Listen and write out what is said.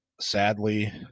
sadly